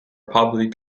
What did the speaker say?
public